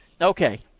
Okay